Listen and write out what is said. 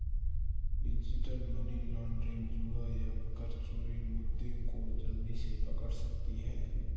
digital money laundering, जुआ या कर चोरी मुद्दे को जल्दी से पकड़ सकती है